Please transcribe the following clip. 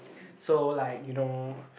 so like you know